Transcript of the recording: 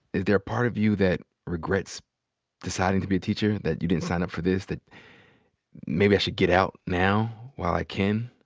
is there a part of you that regrets deciding to be a teacher, that you didn't sign up for this? that maybe i should get out now while i can?